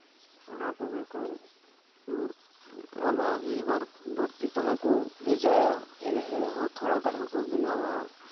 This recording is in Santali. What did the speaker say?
ᱚᱱᱟ ᱠᱚᱜᱮ ᱠᱚ ᱚᱞᱟ ᱢᱤᱫᱵᱟᱨ ᱵᱟᱹᱲᱛᱤ ᱛᱮᱦᱚᱸ ᱠᱚ ᱵᱷᱮᱡᱟᱭᱟ ᱮᱲᱮ ᱨᱮᱦᱚᱸ ᱛᱷᱚᱲᱟ ᱜᱟᱱ ᱠᱚ ᱵᱮᱱᱟᱣᱟ